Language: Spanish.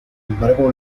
embargo